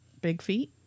Bigfeet